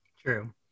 True